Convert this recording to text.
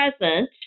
present